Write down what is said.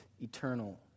eternal